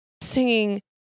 singing